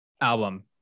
album